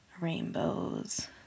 rainbows